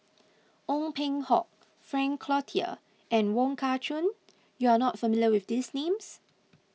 Ong Peng Hock Frank Cloutier and Wong Kah Chun you are not familiar with these names